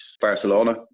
Barcelona